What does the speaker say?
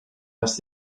asked